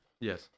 Yes